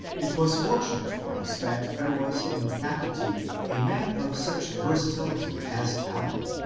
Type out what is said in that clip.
it was fortunate for us that there was in the faculty a man of such versatility as allen,